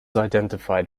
identified